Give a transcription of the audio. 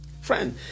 Friend